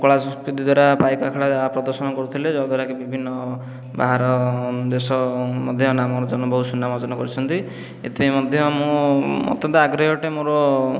କଳା ସଂସ୍କୃତି ଦ୍ଵାରା ପାଇକ ଆଖଡ଼ା ପ୍ରଦର୍ଶନ କରୁଥିଲେ ଯଦ୍ଵରାକି ବିଭିନ୍ନ ବାହାର ଦେଶ ମଧ୍ୟ ନାମ ଅର୍ଜନ ବହୁତ ସୁନାମ ଅର୍ଜନ କରିଛନ୍ତି ଏଥିପାଇଁ ମଧ୍ୟ ମୁଁ ମୋତେ ତ ଆଗ୍ରହି ଅଟେ ମୋର